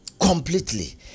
completely